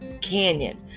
Canyon